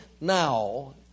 now